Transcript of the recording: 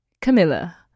Camilla